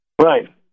Right